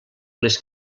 les